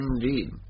indeed